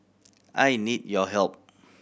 I need your help